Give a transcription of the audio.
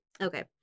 Okay